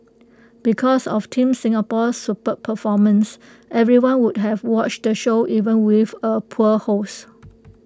because of team Singapore's superb performances everyone would have watched the show even with A poor host